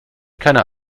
keiner